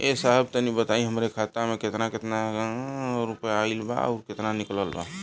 ए साहब तनि बताई हमरे खाता मे कितना केतना रुपया आईल बा अउर कितना निकलल बा?